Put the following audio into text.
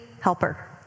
helper